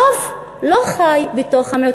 הרוב לא חי בתוך המיעוט.